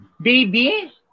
Baby